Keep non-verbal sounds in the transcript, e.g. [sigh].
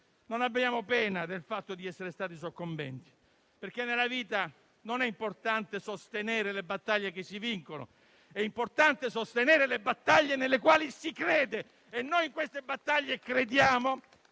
non dobbiamo darci pena del fatto di essere stati soccombenti, perché nella vita non è importante sostenere le battaglie che si vincono; è importante sostenere le battaglie nelle quali si crede. [applause] Noi in queste battaglie crediamo